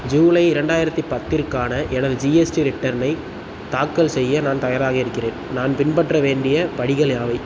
ஜூலை இரண்டாயிரத்தி பத்திற்கான எனது ஜிஎஸ்டி ரிட்டனை தாக்கல் செய்ய நான் தயாராக இருக்கிறேன் நான் பின்பற்ற வேண்டிய படிகள் யாவை